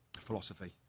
philosophy